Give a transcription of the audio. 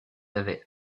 avaient